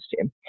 team